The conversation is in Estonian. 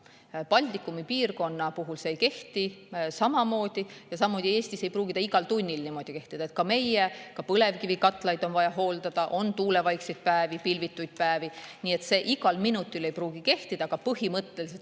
Baltikumi piirkonna puhul see samamoodi ei kehti ja samuti Eestis ei pruugi see igal tunnil niimoodi kehtida. Ka meie põlevkivikatlaid on vaja hooldada, on tuulevaikseid päevi, [pilviseid] päevi. Nii et see igal minutil ei pruugi kehtida, aga põhimõtteliselt